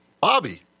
Bobby